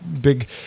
big